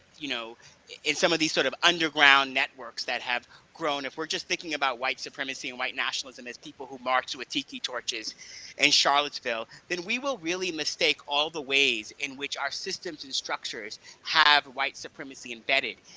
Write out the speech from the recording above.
you know in some of these sort of underground networks that have grown, if we're just thinking about white supremacy and white nationalism as people who marched with tiki torches in charlottesville, then we will really mistake all the ways in which our systems and structures have white supremacy embedded,